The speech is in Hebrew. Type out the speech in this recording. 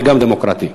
וגם דמוקרטי.